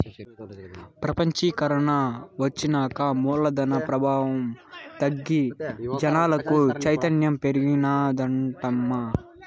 పెపంచీకరన ఒచ్చినాక మూలధన ప్రవాహం తగ్గి జనాలకు చైతన్యం పెరిగినాదటమ్మా